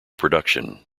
production